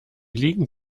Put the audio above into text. liegen